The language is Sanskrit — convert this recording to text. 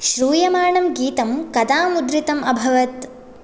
श्रूयमाणं गीतं कदा मुद्रितम् अभवत्